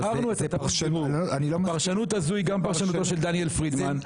הפרשנות הזו היא גם פרשנותו של פרופ' פרידמן.